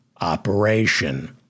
operation